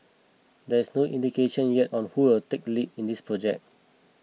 there is no indication yet on who will take the lead in this project